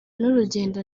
n’urugendo